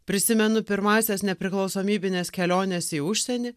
prisimenu pirmąsias nepriklausomybines keliones į užsienį